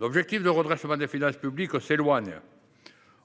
L’objectif de redressement des finances publiques s’éloigne :